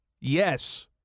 Yes